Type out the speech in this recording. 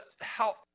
help